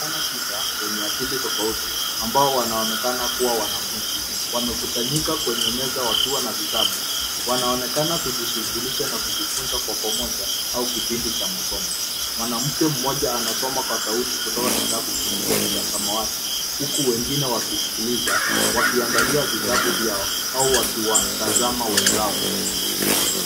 Waschana sita wenye asili tofauti, ambao wanaonekana kuwa wanafunzi, wamekusanyika kwenye meza wakiwa na vitabu. Wanaonekana kujishughulisha na kujifunza pamoja, au kipindi cha masomo. Mwanamke mmoja anasoma kwa sauti kutoka kitabu kikubwa cha samawati, huku wengine wakisikiliza, wakiangalia vitabu vyao au wakiwatazama wenzao.